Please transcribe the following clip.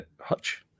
Hutch